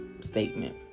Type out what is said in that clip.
statement